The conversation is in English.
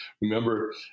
remember